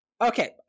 okay